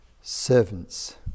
servants